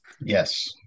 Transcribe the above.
Yes